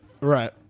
Right